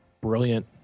brilliant